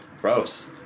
gross